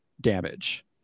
damage